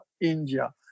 India